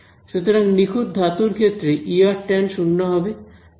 সুতরাং নিখুঁত ধাতুর ক্ষেত্রে tan শূন্য হবে